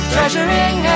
Treasuring